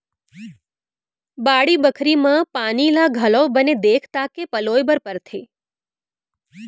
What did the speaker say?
बाड़ी बखरी म पानी ल घलौ बने देख ताक के पलोय बर परथे